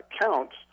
counts